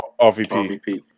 RVP